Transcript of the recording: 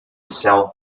sell